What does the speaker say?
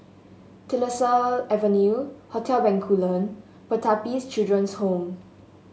Tyersall Avenue Hotel Bencoolen Pertapis Children's Home